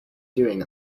doing